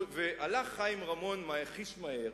והלך חיים רמון חיש מהר